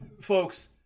Folks